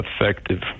effective